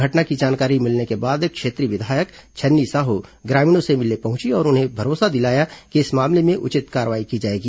घटना की जानकारी मिलने के बाद क्षेत्रीय विधायक छन्नी साहू ग्रामीणों से मिलने पहुंची और उन्हें भरोसा दिलाया कि इस मामले में उचित कार्रवाई की जाएगी